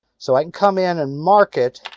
so i can come in and mark it.